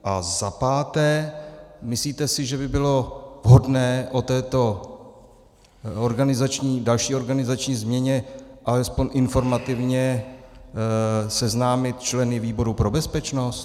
A za páté: Myslíte si, že by bylo vhodné o této další organizační změně alespoň informativně seznámit členy výboru pro bezpečnost?